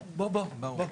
והתעשייה, בבקשה.